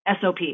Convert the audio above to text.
SOP